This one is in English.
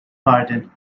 pardon